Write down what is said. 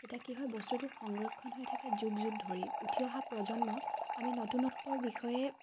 তেতিয়া কি হয় বস্তুটো সংৰক্ষণ হৈ থাকে যুগ যুগ ধৰি উঠি অহা প্ৰজন্মক আমি নতুনত্বৰ বিষয়ে